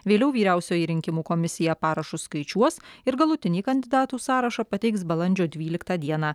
vėliau vyriausioji rinkimų komisija parašus skaičiuos ir galutinį kandidatų sąrašą pateiks balandžio dvyliktą dieną